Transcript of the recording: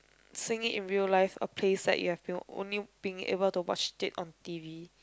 seen it in real life a place that you have been only been able to watch it on t_v